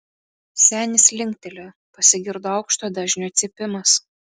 senis linktelėjo pasigirdo aukšto dažnio cypimas